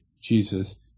Jesus